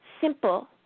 Simple